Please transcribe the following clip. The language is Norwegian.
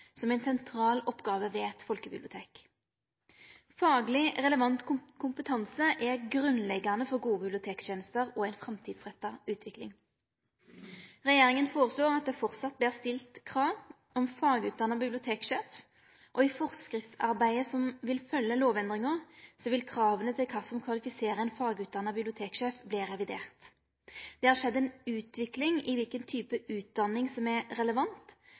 som ei sentral oppgåve ved eit folkebibliotek. Fagleg relevant kompetanse er grunnleggande for gode bibliotektenester og ei framtidsretta utvikling. Regjeringa foreslår at det framleis vert stilt krav om fagutdanna biblioteksjef, og i forskriftsarbeidet som vil følgje lovendringa, vil krava til kva som kvalifiserer ein fagutdanna biblioteksjef, verte reviderte. Det har skjedd ei utvikling i kva for type utdanning som er relevant